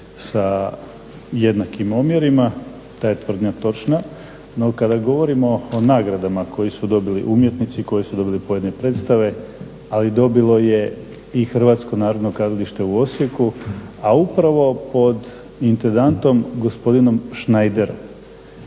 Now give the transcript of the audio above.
sa jednakim omjerima, ta je tvrdnja točna. No kada govorimo o nagradama koje su dobili umjetnici i koje su dobile pojedine predstave, ali dobilo je i HNK u Osijeku, a upravo pod intendantom gospodinom Šnajderom.